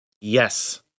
Yes